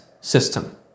system